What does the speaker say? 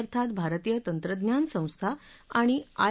अर्थात भारतीय तंत्रज्ञान संस्था आणि आय